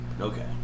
Okay